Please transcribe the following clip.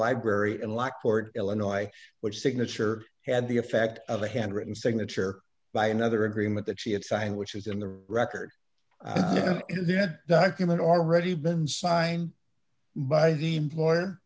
library in lockport illinois which signature had the effect of a handwritten signature by another agreement that she had signed which was in the record and then document already been signed by the